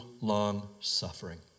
long-suffering